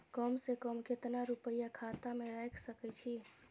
कम से कम केतना रूपया खाता में राइख सके छी?